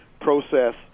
process